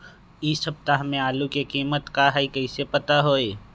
इ सप्ताह में आलू के कीमत का है कईसे पता होई?